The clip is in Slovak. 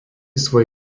svoj